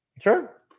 Sure